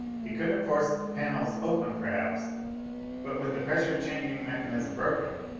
he could have forced the panels open perhaps but with the pressure changing mechanism broken,